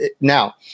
now